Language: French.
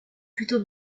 plutôt